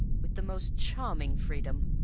with the most charming freedom,